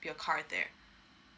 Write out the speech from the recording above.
your car there